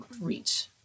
reach